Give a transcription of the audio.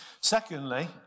Secondly